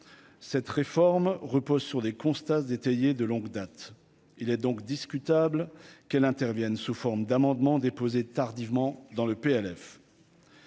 cette réforme repose sur des constats d'étayer de longue date, il est donc discutable qu'elle intervienne sous forme d'amendements déposés tardivement dans le PLF.